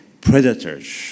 predators